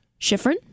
Schifrin